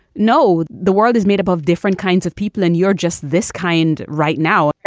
no. the world is made up of different kinds of people and you're just this kind right now.